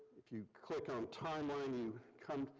if you click on timeline, you come